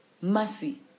Mercy